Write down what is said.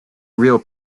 real